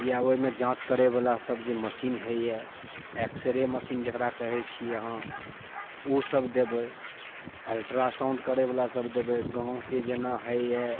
या ओहिमे जाँच करैवला सब जे मशीन होइए एक्सरे मशीन जकरा कहै छिए अहाँ ओसब देबै अल्ट्रासॉउन्ड करैवला सब देबै गाँवके जेना होइए